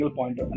point